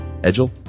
Edgel